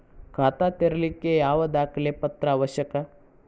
ಖಾತಾ ತೆರಿಲಿಕ್ಕೆ ಯಾವ ದಾಖಲೆ ಪತ್ರ ಅವಶ್ಯಕ?